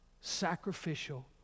sacrificial